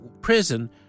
prison